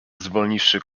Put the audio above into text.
zwolniwszy